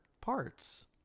parts